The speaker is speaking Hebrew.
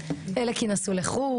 אנחנו מבינים שאנחנו לא נסיים הכל,